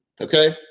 Okay